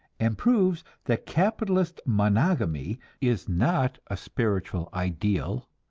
and proves that capitalist monogamy is not a spiritual ideal,